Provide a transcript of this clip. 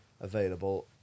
available